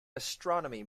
astronomy